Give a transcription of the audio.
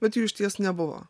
bet jų išties nebuvo